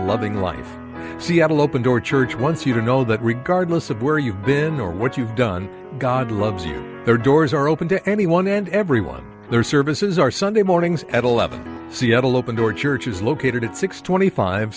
loving life seattle open door church once you know that regardless of where you've been or what you've done god loves you there doors are open to anyone and everyone their services are sunday mornings at eleven seattle open door church is located at six twenty five